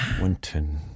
Winton